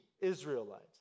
Israelites